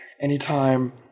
anytime